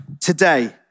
today